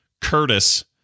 Curtis